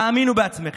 האמינו בעצמכם,